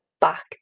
back